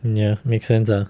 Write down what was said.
ya makes sense lah